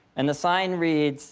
and the sign reads